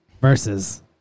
versus